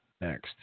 next